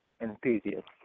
enthusiast